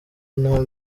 nta